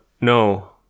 No